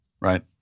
right